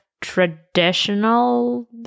traditional